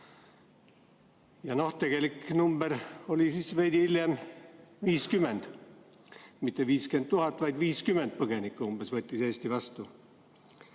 Tegelik number oli veidi hiljem 50 – mitte 50 000, vaid 50 põgenikku umbes võttis Eesti vastu.